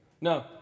No